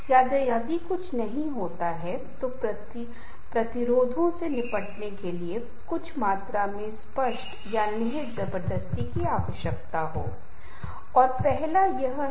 हम भाग नहीं सकते हमारा व्यवहार बहुत जटिल है हम बहुत खुश हो जाते हैं हम बहुत दुखी हो जाते हैं हम पसंद करते हैं हम नापसंद करते हैं हमारे बीच मतभेद हैं